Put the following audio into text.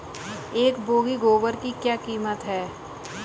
एक बोगी गोबर की क्या कीमत है?